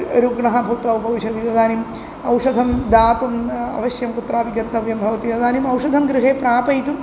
रुग्णः भूत्वा उपविशति तदानीम् औषधं दातुम् अवश्यं कुत्रापि गन्तव्यं भवति तदानीम् औषधं गृहे प्रापयितुम्